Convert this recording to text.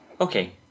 Okay